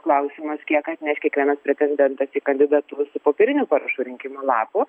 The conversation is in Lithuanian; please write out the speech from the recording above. klausimas kiek atneš kiekvienas pretendentas į kandidatus popierinių parašų rinkimo lapų